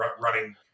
running